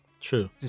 True